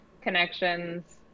connections